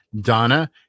Donna